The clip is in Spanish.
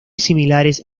similares